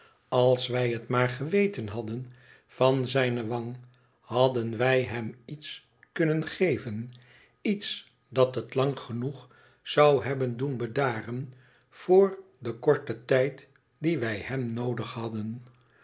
als wij het maar geweten hadden van zijne wang hadden wij hem iets kunnen geven iets dat het lang genoeg zou hebben doen bedaren voor den korten tijd dien wij hem noodig hadden